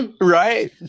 Right